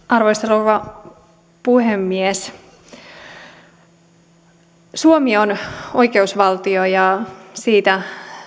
arvoisa rouva puhemies suomi on oikeusvaltio siitä